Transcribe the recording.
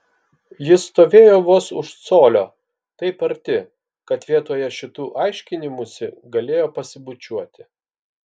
jis stovėjo vos už colio taip arti kad vietoje šitų aiškinimųsi galėjo pasibučiuoti